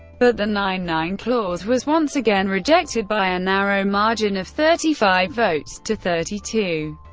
but the nine nine clause was once again rejected, by a narrow margin of thirty five votes to thirty two.